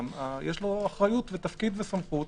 יש לו אחריות ותפקיד וסמכות